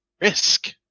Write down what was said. risk